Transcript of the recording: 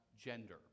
gender